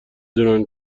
دونن